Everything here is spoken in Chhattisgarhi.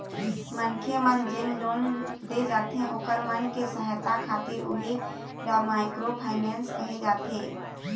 मनखे मन जेन लोन दे जाथे ओखर मन के सहायता खातिर उही ल माइक्रो फायनेंस कहे जाथे